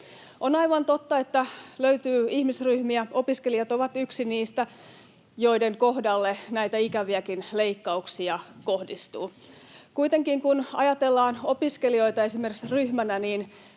On aivan totta, että löytyy ihmisryhmiä — opiskelijat ovat yksi niistä — joiden kohdalle näitä ikäviäkin leikkauksia kohdistuu. Kuitenkin, kun ajatellaan opiskelijoita esimerkiksi ryhmänä,